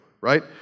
right